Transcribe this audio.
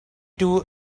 two